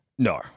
No